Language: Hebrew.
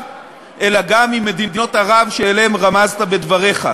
אלא גם עם מדינות ערב שאליהן רמזת בדבריך.